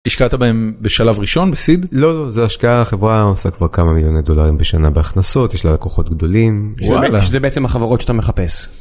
השקעת בהם בשלב ראשון בסיד לא לא זה השקעה חברה עושה כבר כמה מיליוני דולרים בשנה בהכנסות יש לה לקוחות גדולים זה בעצם החברות שאתה מחפש.